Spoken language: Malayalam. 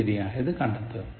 ശരിയായത് കണ്ടെത്തുക